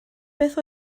beth